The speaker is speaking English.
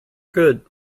good